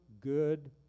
good